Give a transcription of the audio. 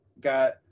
got